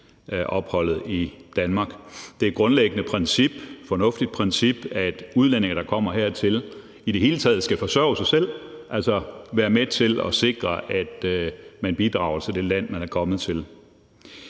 opholdet i Danmark. Det er et grundlæggende princip og et fornuftigt princip, at udlændinge, der kommer hertil, i det hele taget skal forsørge sig selv, altså være med til at sikre, at man bidrager til det land, man er kommet til.